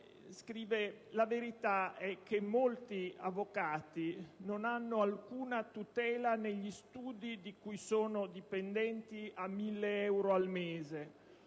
scorso: «La verità è che molti avvocati non hanno alcuna tutela negli studi di cui sono dipendenti a mille euro al mese.